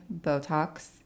Botox